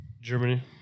Germany